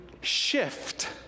shift